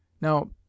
Now